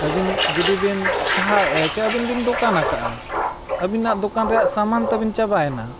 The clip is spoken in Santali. ᱟᱹᱵᱤᱱ ᱡᱩᱫᱤ ᱵᱤᱱ ᱪᱟᱦᱟᱣ ᱮᱫᱟ ᱥᱮ ᱟᱹᱵᱤᱱ ᱵᱤᱱ ᱫᱚᱠᱟᱱ ᱟᱠᱟᱫᱼᱟ ᱟᱹᱵᱤᱱᱟᱜ ᱫᱚᱠᱟᱱ ᱨᱮᱭᱟᱜ ᱥᱟᱢᱟᱱ ᱛᱟᱹᱵᱤᱱ ᱪᱟᱵᱟᱭᱮᱱᱟ